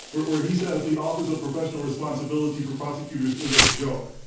where where he says the office of professional responsibility for prosecutors is a joke.